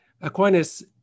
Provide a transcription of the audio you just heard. Aquinas